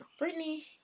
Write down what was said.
Britney